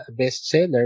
bestseller